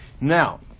Now